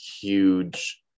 huge